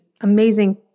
amazing